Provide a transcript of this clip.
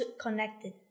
connected